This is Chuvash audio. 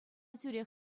тӳрех